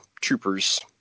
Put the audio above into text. troopers